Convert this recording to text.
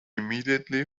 immediately